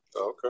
Okay